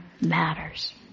matters